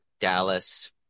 Dallas